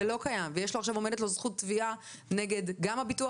לא קיים ועכשיו עומדת לו זכות תביעה גם נגד הביטוח